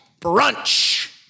brunch